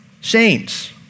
saints